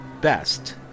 best